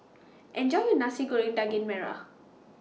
Enjoy your Nasi Goreng Daging Merah